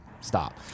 stop